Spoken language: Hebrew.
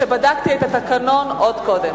שבדקתי את התקנון עוד קודם.